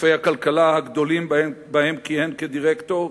גופי הכלכלה הגדולים, בהם כיהן כדירקטור,